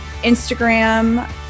instagram